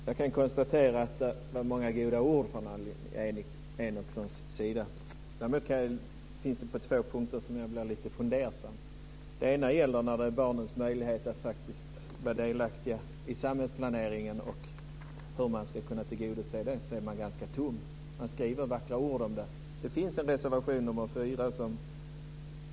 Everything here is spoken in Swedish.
Fru talman! Bland många goda ord från Annelie Enochson fanns två punkter som jag blev lite fundersam över. Den ena gäller barnens faktiska möjligheter att bli delaktiga i samhällsplaneringen. Man står ganska tomhänt när det gäller hur dessa möjligheter ska kunna tillgodoses, även om man använder vackra ord i sina skrivningar.